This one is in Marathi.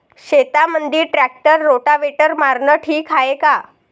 शेतामंदी ट्रॅक्टर रोटावेटर मारनं ठीक हाये का?